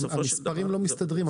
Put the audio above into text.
המספרים לא מסתדרים.